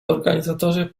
organizatorzy